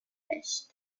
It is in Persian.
نوشت